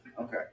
Okay